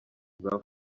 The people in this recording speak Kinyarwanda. bwa